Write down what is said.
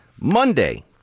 Monday